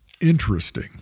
interesting